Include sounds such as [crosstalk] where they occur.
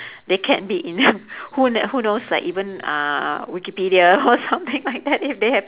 they can be in [laughs] who kn~ who knows like even uh wikipedia or something like that if they have